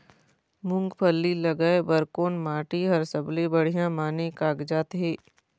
मूंगफली लगाय बर कोन माटी हर सबले बढ़िया माने कागजात हे?